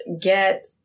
get